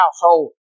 household